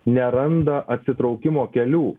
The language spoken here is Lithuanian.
neranda atsitraukimo kelių